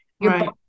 Right